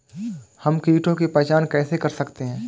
हम कीटों की पहचान कैसे कर सकते हैं?